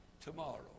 tomorrow